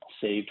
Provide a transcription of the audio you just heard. Saved